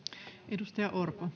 arvoisa